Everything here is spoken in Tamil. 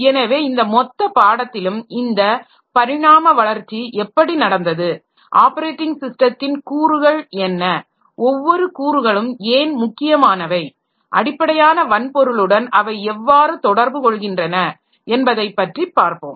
ஆகவே இந்த மொத்த பாடத்திலும் இந்த பரிணாம வளர்ச்சி எப்படி நடந்தது ஆப்பரேட்டிங் ஸிஸ்டத்தின் கூறுகள் என்ன ஒவ்வொரு கூறுகளும் ஏன் முக்கியமானவை அடிப்படையான வன்பொருளுடன் அவை எவ்வாறு தொடர்பு கொள்கின்றன என்பதைப் பற்றிப் பார்ப்போம்